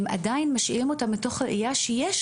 הם עדיין משאירים אותה מתוך ראיה שיש